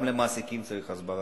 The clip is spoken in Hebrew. גם למעסיקים צריך הסברה.